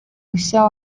mushya